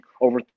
over